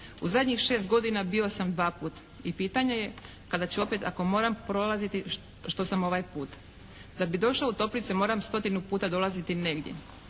U zadnjih 6 godina bio sam 2 put. I pitanje je, kada ću opet ako moram prolaziti što sam ovaj put. Da bi došao u toplice moram stotinu puta dolaziti negdje,